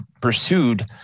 pursued